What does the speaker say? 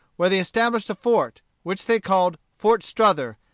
where they established a fort, which they called fort strother,